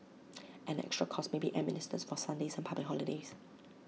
an extra cost may be administered for Sundays and public holidays